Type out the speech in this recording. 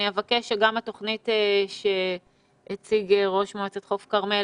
אני אבקש שגם התוכנית שהציג ראש מועצת חוף כרמל